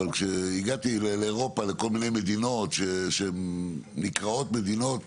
אבל כשהגעתי לאירופה לכל מיני מדינות שנקראות מדינות